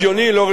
אלא מאי?